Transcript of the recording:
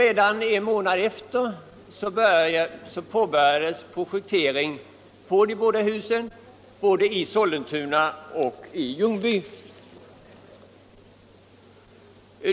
Redan en månad efter beslutet påbörjades nämligen projekteringen av de båda husen i Sollentuna och Ljungby.